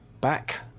back